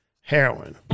Heroin